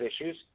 issues